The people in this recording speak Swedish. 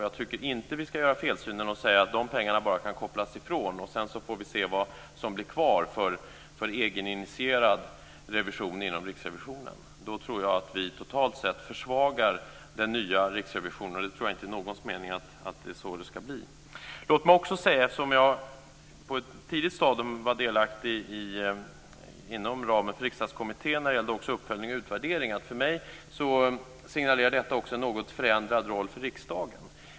Jag tycker inte att vi ska ha felsynen att tro att de pengarna bara kan kopplas ifrån och att vi sedan får se vad som blir kvar för egeninitierad revision inom Riksrevisionen. Då tror jag att vi totalt sett försvagar den nya Riksrevisionen, och det är nog inte någons mening att det ska bli så. Låt mig också säga, eftersom jag på ett tidigt stadium var delaktig inom ramen för Riksdagskommittén när det gällde uppföljning och utvärdering, att för mig signalerar detta också en något förändrad roll för riksdagen.